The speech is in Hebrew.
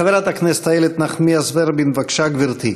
חברת הכנסת איילת נחמיאס ורבין, בבקשה, גברתי.